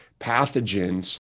pathogens